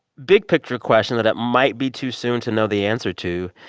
big-picture question that it might be too soon to know the answer to.